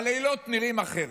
הלילות נראים אחרת.